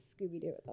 Scooby-Doo